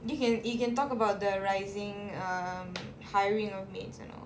you can you can talk about the rising um hiring of maids and all